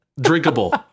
drinkable